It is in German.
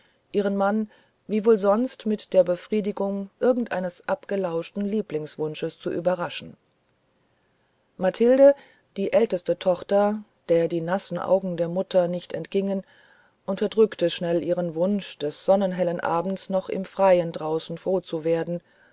ihren mann wie sonst wohl mit der befriedigung irgendeines abgelauschten lieblingswunsches zu überraschen mathilde die älteste tochter der die nassen augen der mutter nicht entgingen unterdrückte schnell ihren wunsch des sonnenhellen abends noch im freien draußen froh zu werden